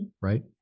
Right